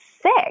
sick